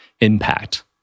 impact